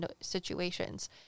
situations